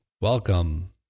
Welcome